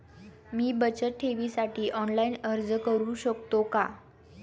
मी बचत ठेवीसाठी ऑनलाइन अर्ज करू शकतो का?